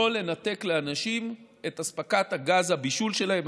לא לנתק לאנשים את אספקת גז הבישול שלהם,